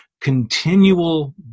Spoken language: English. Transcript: continual